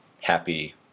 happy